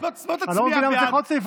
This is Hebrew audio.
אני לא מבין למה צריך עוד סעיף הפרדה.